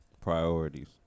Priorities